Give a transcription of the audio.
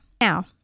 now